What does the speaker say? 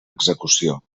execució